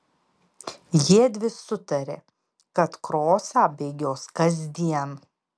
jiedvi sutarė kad krosą bėgios kasdien